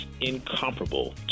incomparable